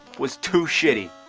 was too shitty.